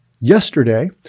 yesterday